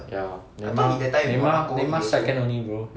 ya neymar neymar neymar second only bro